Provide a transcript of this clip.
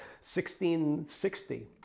1660